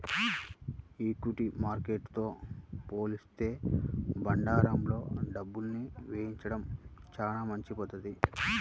equity మార్కెట్టుతో పోలిత్తే బాండ్లల్లో డబ్బుని వెచ్చించడం చానా మంచి పధ్ధతి